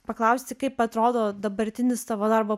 paklausti kaip atrodo dabartinis tavo darbo